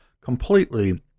completely